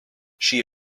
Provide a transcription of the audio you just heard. she